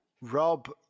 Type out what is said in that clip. Rob